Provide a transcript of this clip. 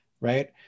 right